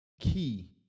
key